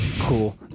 cool